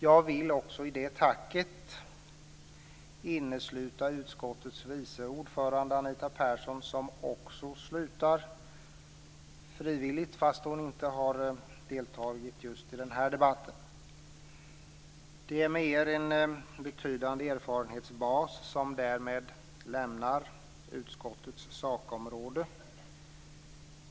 I det tacket vill jag innesluta utskottets vice ordförande Anita Persson som också slutar nu, fast hon inte har deltagit i den här debatten. Det är en betydande erfarenhetsbas som därmed lämnar utskottets sakområde.